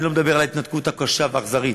אני לא מדבר על ההתנתקות הקשה והאכזרית.